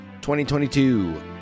2022